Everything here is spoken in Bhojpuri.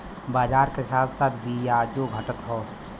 बाजार के साथ साथ बियाजो घटत हौ